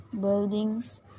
buildings